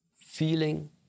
Feeling